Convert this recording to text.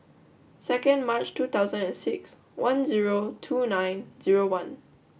second March two thousand and six one zero two nine zero one